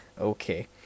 Okay